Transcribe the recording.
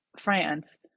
France